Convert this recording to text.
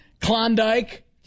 Klondike